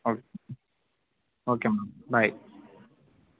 okay okay అమ్మ bye